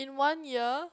in one year